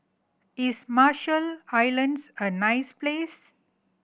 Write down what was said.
is Marshall Islands a nice place